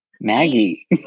Maggie